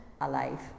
alive